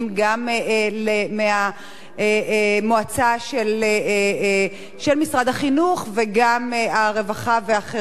גם מהמועצה של משרד החינוך וגם הרווחה ואחרים.